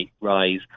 rise